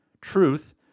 Truth